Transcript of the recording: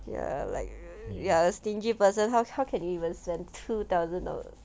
ya like you're a stingy person how can even spend two thousand dollar